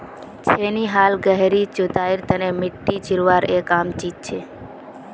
छेनी हाल गहरी जुताईर तने मिट्टी चीरवार एक आम चीज छे